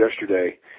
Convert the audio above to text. yesterday